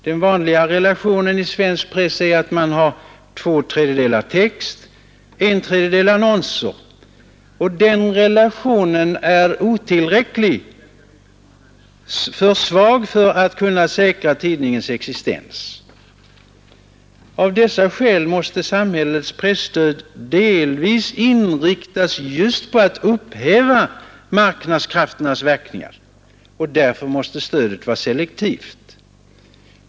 Den vanliga relationen i svensk press är att man har två tredjedelar text och en tredjedel annonser, och den relationen är för svag för att kunna säkra tidningens existens. Av dessa skäl måste samhällets presstöd delvis inriktas just på att upphäva marknadskrafternas verkningar, och därför måste stödet vara selektivt.